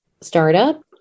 startup